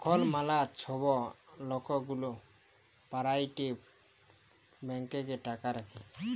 এখল ম্যালা ছব লক গুলা পারাইভেট ব্যাংকে টাকা রাখে